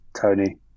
Tony